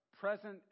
present